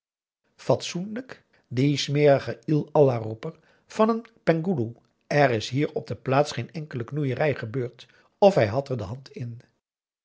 fatsoenlijk die smerige il allah roeper van een penghoeloe er is hier op de plaats geen enkele knoeierij gebeurd of hij had er de hand in